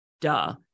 duh